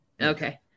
Okay